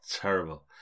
terrible